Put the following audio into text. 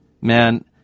Man